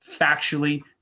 factually